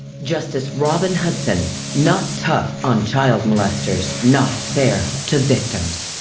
justice robin hudson not tough on child molesters, not fair to victims.